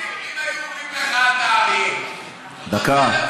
דודי, אם היו אומרים לך: אתה אריה, דקה,